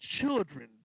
children